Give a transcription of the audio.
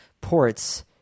ports